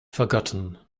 forgotten